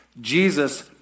Jesus